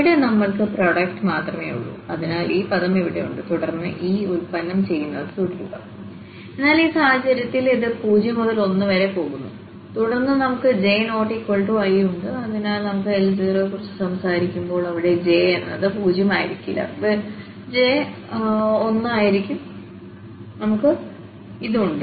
ഇവിടെ നമ്മൾക്ക് പ്രോഡക്റ്റ് മാത്രമേയുള്ളൂ അതിനാൽ ഈ പദം ഇവിടെയുണ്ട് തുടർന്ന് ഈ ഉൽപ്പന്നം ചെയ്യുന്നത് തുടരുക എന്നാൽ ഈ സാഹചര്യത്തിൽ ഇത് 0 മുതൽ 1 വരെ പോകുന്നു തുടർന്ന് നമുക്ക് j≠i ഉണ്ട് അതിനാൽ നമ്മൾ L0 കുറിച്ച് സംസാരിക്കുമ്പോൾ അങ്ങനെ j എന്നത് 0 ആയിരിക്കില്ല j വെറും 1 ആയിരിക്കും നമുക്കു ഇതും ഉണ്ട്